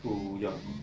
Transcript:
to your